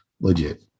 legit